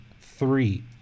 three